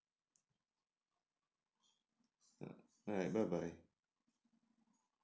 mm alright bye bye